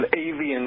avian